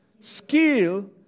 skill